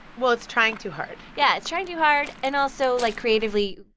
well, it's trying too hard yeah. it's trying too hard. and also, like, creatively,